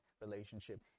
relationship